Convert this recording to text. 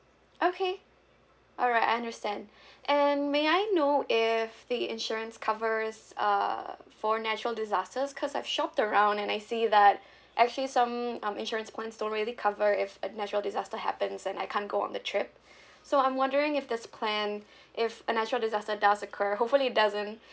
okay alright I understand and may I know if the insurance covers uh for natural disasters cause I've shopped around and I see that actually some um insurance plans don't really cover if a natural disaster happens and I can't go on the trip so I'm wondering if this plan if a natural disaster does occur hopefully it doesn't